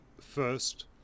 first